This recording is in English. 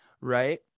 Right